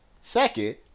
Second